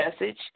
message